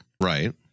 Right